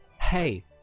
hey